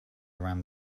around